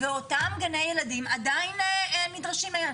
ואותם גני ילדים עדיין נדרשים.